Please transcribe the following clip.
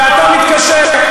ואתה מתקשה.